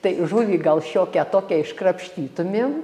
tai žuvį gal šiokią tokią iškrapštytumėm